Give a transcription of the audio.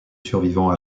survivant